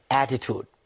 attitude